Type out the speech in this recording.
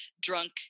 drunk